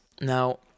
Now